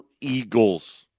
Eagles